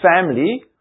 family